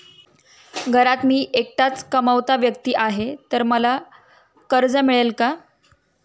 घरात मी एकटाच कमावता व्यक्ती आहे तर मला कर्ज मिळेल का?